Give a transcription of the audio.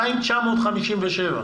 2,957,